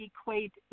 equate